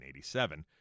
1987